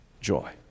joy